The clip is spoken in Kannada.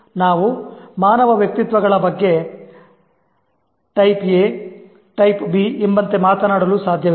ನಾವು ಮಾನವ ವ್ಯಕ್ತಿತ್ವಗಳ ಬಗ್ಗೆ Type A Type B ಎಂಬಂತೆ ಮಾತನಾಡಲು ಸಾಧ್ಯವಿಲ್ಲ